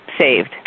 saved